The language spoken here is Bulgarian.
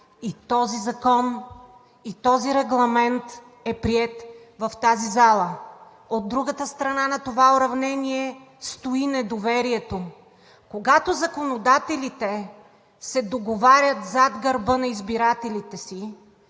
и този закон, и този регламент е приет в тази зала. От другата страна на това уравнение стои недоверието – когато законодателите се договарят зад гърба на избирателите си,